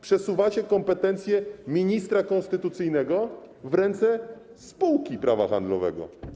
Przesuwacie kompetencje ministra konstytucyjnego w ręce spółki prawa handlowego.